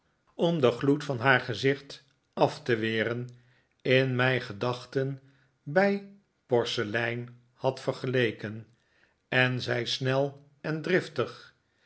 om den gloed van haar gezicht af te weren in mijn gedachten bij porselein had vergeleken en zei snel en driftig